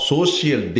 Social